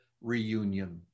reunion